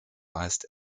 weist